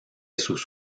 sus